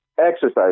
exercise